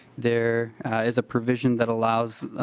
there is a provision that allows